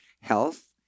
health